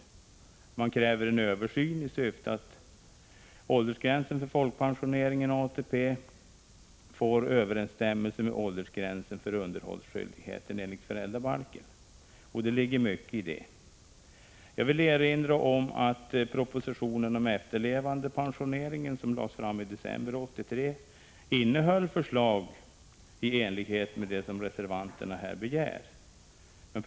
Reservanterna kräver en översyn i syfte att åldersgränsen för barnpension från folkpensioneringen och ATP får överensstämmelse med åldersgränsen för underhållsskyldigheten enligt föräldrabalken. Det ligger mycket i detta. Jag vill erinra om att propositionen om efterlevandepensioneringen, som lades fram i december 1983, innehöll förslag i enlighet med reservanternas begäran.